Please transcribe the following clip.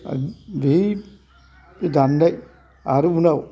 बै बे दाननाय आरो उनाव